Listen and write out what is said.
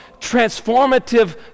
transformative